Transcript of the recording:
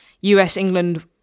US-England